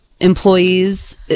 employees